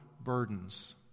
burdens